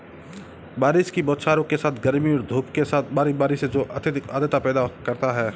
बारिश की बौछारों के साथ गर्मी और धूप के साथ बारी बारी से जो अत्यधिक आर्द्रता पैदा करता है